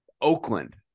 Oakland